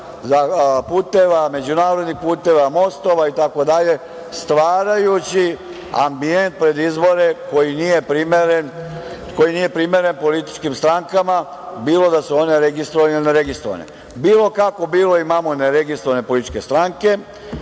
puteva, međunarodnih puteva, mostova itd, stvarajući ambijent pred izbore koji nije primeren političkim strankama, bilo da su one registrovane ili neregistrovane. Bilo kako bilo, imamo neregistrovane političke stranke